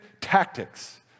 tactics